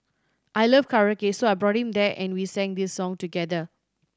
I love karaoke so I brought him there and we sang this song together